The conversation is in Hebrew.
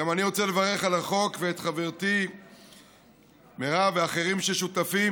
גם אני רוצה לברך על החוק את חברתי מירב ואחרים ששותפים.